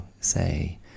say